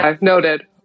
noted